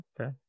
okay